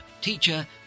teacher